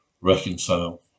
reconcile